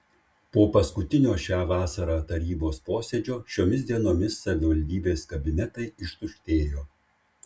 po paskutinio šią vasarą tarybos posėdžio šiomis dienomis savivaldybės kabinetai ištuštėjo